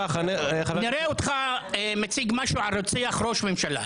נראה אותך מציג משהו על רוצח ראש ממשלה.